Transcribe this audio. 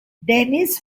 dennis